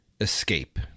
escape